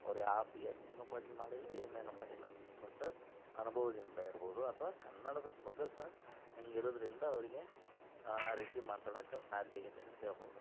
ಅವ್ರು ಯಾವ ಪಿಎಚ್ ಡಿನೂ ಪಡ್ದು ಮಾಡಿಲ್ಲ ಎಮ್ ಎನೂ ಮಾಡಿಲ್ಲ ಬಟ್ಟ ಅನ್ಭವದಿಂದ ಇರ್ಬೋದು ಅಥವಾ ಕನ್ನಡದ ಸೊಗಸು ಹಂಗೆ ಇರೋದ್ರಿಂದ ಅವ್ರಿಗೆ ಆ ರೀತಿ ಮಾತಾಡಕ್ಕೆ ಸಾಧ್ಯ ಆಗೈತಿ ಅಂತ ಹೇಳ್ಬೋದು